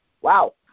Wow